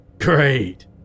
Great